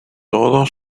todo